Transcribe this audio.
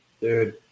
dude